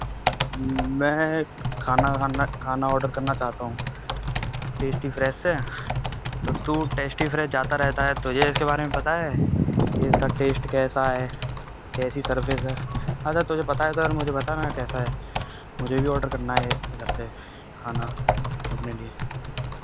मैं खाना खाना खाना ऑर्डर करना चाहता हूँ टेस्टी फ्रेश से तो तू टेस्टी फ्रेश जाता रहता है तुझे इसके बारे में पता है कि इसका टेस्ट कैसा है कैसी सर्विस है अच्छा तुझे पता है तो मुझे बता ना कैसा है मुझे भी ऑर्डर करना है इधर से खाना अपने लिए